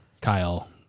Kyle